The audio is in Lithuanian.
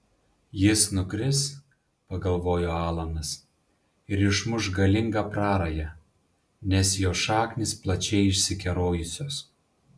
jis nukris pagalvojo alanas ir išmuš galingą prarają nes jo šaknys plačiai išsikerojusios